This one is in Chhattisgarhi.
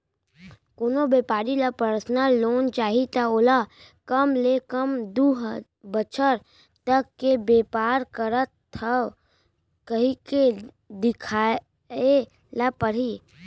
कोनो बेपारी ल परसनल लोन चाही त ओला कम ले कम दू बछर तक के बेपार करत हँव कहिके देखाए ल परही